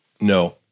No